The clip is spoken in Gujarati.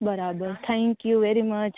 બરાબર થેન્કયુ વેરી વેરી મચ